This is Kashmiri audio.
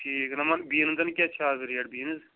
ٹھیٖک نۅمَن بِیٖنٛزَن کیٛاہ چھِ اَز ریٹ بیٖنٕز